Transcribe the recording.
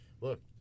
look